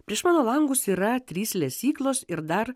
prieš mano langus yra trys lesyklos ir dar